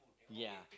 ya